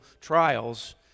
trials